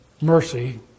mercy